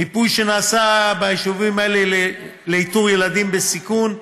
במיפוי שנעשה ביישובים האלה לאיתור ילדים בסיכון,